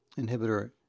inhibitor